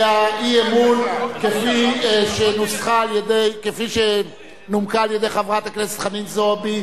האי-אמון כפי שנומקה על-ידי חברת הכנסת חנין זועבי,